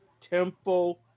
tempo